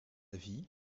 vie